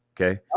Okay